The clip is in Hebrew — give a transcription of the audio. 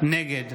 נגד